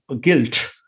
guilt